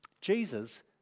Jesus